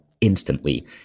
instantly